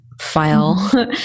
file